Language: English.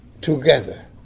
together